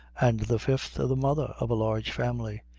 and the fifth, the mother of a large family.